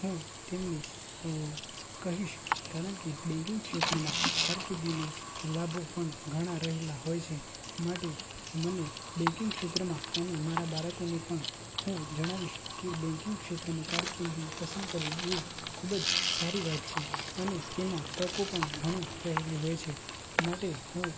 હું તેમને કહીશ કારણ કે બેન્કિંગ ક્ષેત્રમાં કારકિર્દીના લાભો પણ ઘણા રહેલા હોય છે માટે મને બેન્કિંગ ક્ષેત્રમાં અને મારા બાળકોને પણ હુ જણાવીશ કે બેન્કિંગ ક્ષેત્રમાં કારકિર્દી પસંદ કરવી એ ખૂબ જ સારી વાત છે અને તેમાં તકો પણ ઘણી રહેલી હોય છે માટે હું